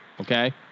Okay